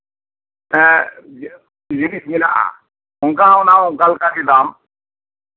ᱮᱸᱜ ᱡᱤᱱᱤᱥ ᱵᱮᱱᱟᱜᱼᱟ ᱚᱱᱠᱟ ᱚᱱᱟ ᱦᱚᱸ ᱚᱱᱠᱟᱞᱮᱠᱟ ᱜᱮ ᱫᱟᱢ